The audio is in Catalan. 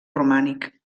romànic